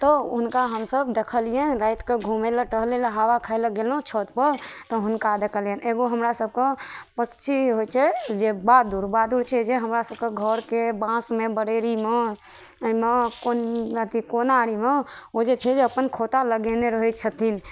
तऽ हुनका हमसब देखलियनि राति कऽ घुमै लए टहलै लए हवा खाय लए गेलहुॅं छत पर तऽ हुनका देखलियनि एगो हमरा सबके पक्षी होइ छै जे बादुर बादुर छै जे हमरा सबके घरके बाँसमे बरेरीमे एहिमे कोन अथी कोनामे ओ जे छै जे अपन खोता लगेने रहै छथिन